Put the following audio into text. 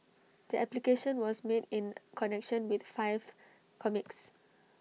the application was made in connection with five comics